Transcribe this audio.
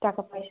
টাকা পয়সা